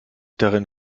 darin